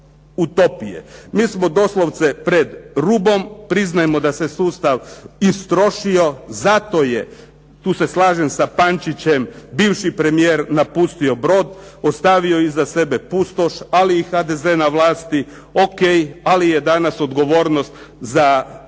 Mi smo doslovce pred rubom. Priznajmo da se sustav istrošio, zato je, tu se slažem sa Pančićem, bivši premijer napustio brod, ostavio iza sebe pustoš, ali i HDZ na vlasti. Ok, ali je danas odgovornost za mjere